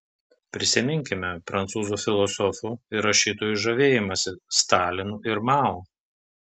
prisiminkime prancūzų filosofų ir rašytojų žavėjimąsi stalinu ir mao